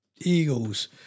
Eagles